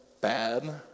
bad